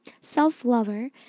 self-lover